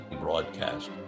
broadcast